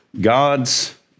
God's